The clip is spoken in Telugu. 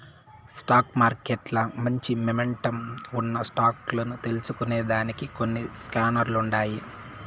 స్టాక్ మార్కెట్ల మంచి మొమెంటమ్ ఉన్న స్టాక్ లు తెల్సుకొనేదానికి కొన్ని స్కానర్లుండాయి